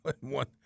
one